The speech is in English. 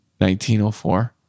1904